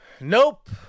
Nope